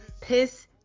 piss